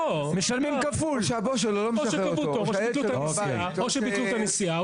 משלמים כפול, או שקבעו תור או שביטלו את הנסיעה או